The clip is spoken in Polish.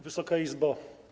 Wysoka Izbo!